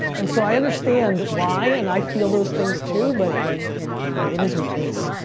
and so i understand why, and i feel those things too, but it is what it is.